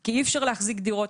כי אי אפשר להחזיק דירות,